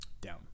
Down